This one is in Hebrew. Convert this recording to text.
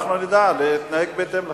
ואנחנו נדע להתנהג בהתאם לתקנון.